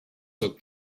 looked